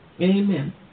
Amen